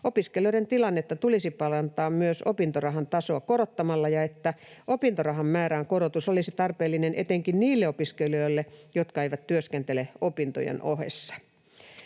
opiskelijoiden tilannetta tulisi parantaa myös opintorahan tasoa korottamalla ja että opintorahan määrän korotus olisi tarpeellinen etenkin niille opiskelijoille, jotka eivät työskentele opintojen ohessa.